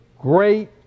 great